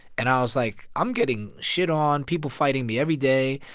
and i was like, i'm getting shit on, people fighting me every day.